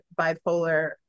bipolar